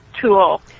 tool